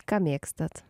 ką mėgstat